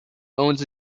owns